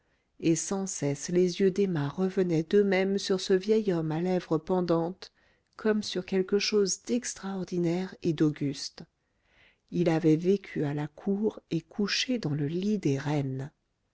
et sans cesse les yeux d'emma revenaient d'eux-mêmes sur ce vieil homme à lèvres pendantes comme sur quelque chose d'extraordinaire et d'auguste il avait vécu à la cour et couché dans le lit des reines